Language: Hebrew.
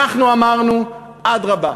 אנחנו אמרנו: אדרבה,